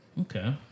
Okay